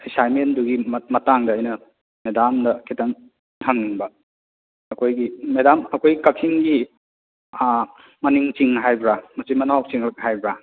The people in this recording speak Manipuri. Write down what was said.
ꯑꯦꯁꯥꯏꯟꯃꯦꯟꯗꯨꯒꯤ ꯃꯇꯥꯡꯗ ꯑꯩꯅ ꯃꯦꯗꯥꯝꯗ ꯈꯤꯇꯪ ꯍꯪꯅꯤꯡꯕ ꯑꯩꯈꯣꯏꯒꯤ ꯃꯦꯗꯥꯝ ꯑꯩꯈꯣꯏ ꯀꯥꯛꯆꯤꯡꯒꯤ ꯃꯅꯤꯡ ꯆꯤꯡ ꯍꯥꯏꯕ꯭ꯔꯥ ꯃꯆꯤꯟ ꯃꯅꯥꯎ ꯆꯤꯡꯂꯛ ꯍꯥꯏꯕ꯭ꯔꯥ